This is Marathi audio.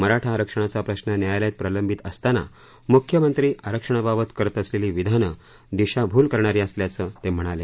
मराठा आरक्षणाचा प्रश्न न्यालयात प्रलंबित असताना मुख्यमंत्री आरक्षणाबाबत करत असलेली विधानं दिशाभूल करणारी असल्याचं ते म्हणाले